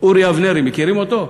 אורי אבנרי, מכירים אותו?